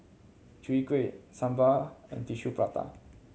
Chwee Kueh sambal and Tissue Prata